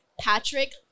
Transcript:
Patrick